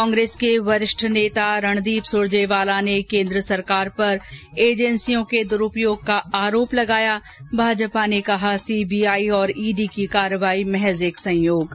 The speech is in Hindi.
कांग्रेस के वरिष्ठ नेता रणदीप सुरजेवाला ने केन्द्र सरकार पर एजेंसियों के दुरुपयोग का आरोप लगाया भाजपा ने कहा सीबीआई और ईडी की कार्रवाई महज एक संयोग है